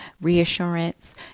reassurance